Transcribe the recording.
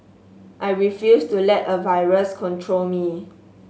I refused to let a virus control me